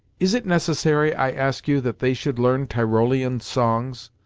is it necessary, i ask you, that they should learn tyrolean songs?